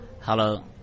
Hello